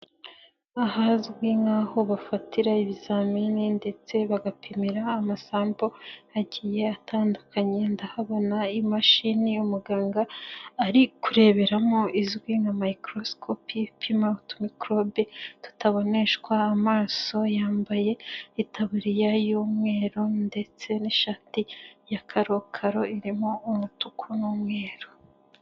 Ahazwi nk'aho bafatira ibizamini ndetse bagapimira amasambu agiye atandukanye ndahabona y'imashini umuganga ari kureberamo izwi nka microscopi ipima microbe tutaboneshwa amaso, yambaye itaburiya y'umweru ndetse n'ishati ya karokaro irimo umutuku n'umweru.